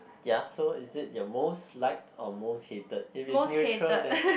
ya so is it your most liked or most hated if it's neutral then